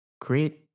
create